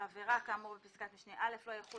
על עבירה כאמור בפסקת משנה (א) לא יחול